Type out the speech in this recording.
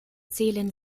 zählen